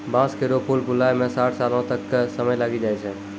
बांस केरो फूल फुलाय म साठ सालो तक क समय लागी जाय छै